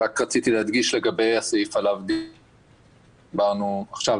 רציתי להדגיש לגבי התקנה שמדברים עליה עכשיו,